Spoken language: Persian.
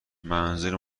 منظور